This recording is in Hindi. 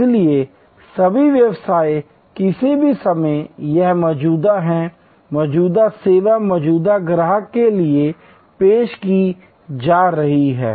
इसलिए सभी व्यवसाय किसी भी समय यहां मौजूद हैं मौजूदा सेवा मौजूदा ग्राहकों के लिए पेश की जा रही है